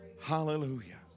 Hallelujah